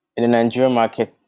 in a nigerian market,